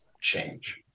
change